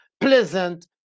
pleasant